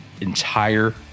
entire